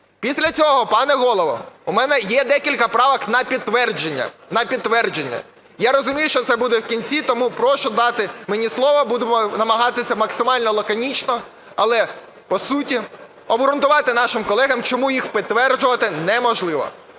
Після цього, пане Голово, у мене є декілька правок на підтвердження. Я розумію, що це буде в кінці, тому прошу дати мені слово, буду намагатися максимально лаконічно, але по суті обґрунтувати нашим колегам, чому їх підтверджувати неможливо.